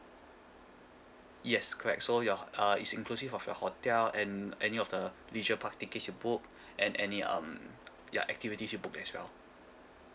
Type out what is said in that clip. yes correct so your uh is inclusive of your hotel and any of the leisure park tickets you book and any um ya activities you booked as well